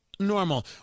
normal